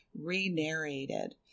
re-narrated